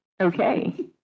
Okay